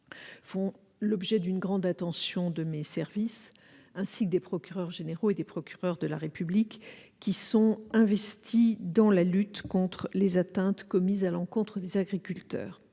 font l'objet d'une grande attention de mes services, ainsi que des procureurs généraux et des procureurs de la République, qui sont investis dans la lutte contre les atteintes commises à l'encontre des agriculteurs.